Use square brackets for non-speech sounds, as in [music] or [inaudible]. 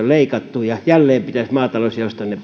[unintelligible] leikattu ja jälleen pitäisi maatalousjaoston ne [unintelligible]